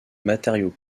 matériaux